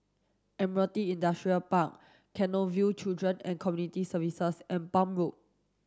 Admiralty Industrial Park Canossaville Children and Community Services and Palm Road